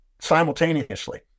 simultaneously